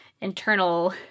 internal